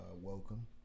welcome